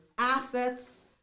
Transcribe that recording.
assets